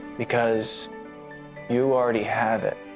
because you already have it.